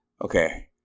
Okay